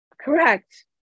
Correct